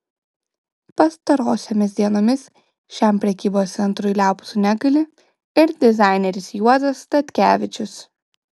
pastarosiomis dienomis šiam prekybos centrui liaupsių negaili ir dizaineris juozas statkevičius